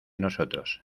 nosotros